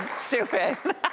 Stupid